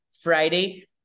Friday